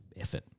effort